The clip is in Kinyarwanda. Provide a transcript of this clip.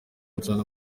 nsanga